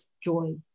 joy